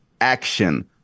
action